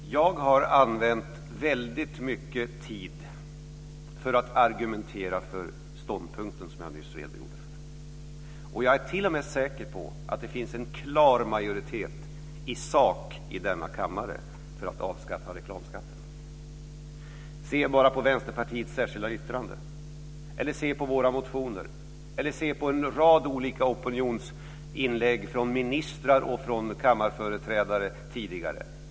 Herr talman! Jag har använt väldigt mycket tid för att argumentera för ståndpunkten, som jag nyss redogjorde för. Jag är t.o.m. säker på att det finns en klar majoritet i sak i denna kammare för att avskaffa reklamskatten. Se bara på Vänsterpartiets särskilda yttrande, på våra motioner eller på en rad olika opinionsinlägg från ministrar och från kammarföreträdare tidigare!